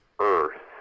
Earth